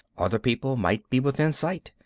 other people might be within sight.